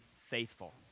faithful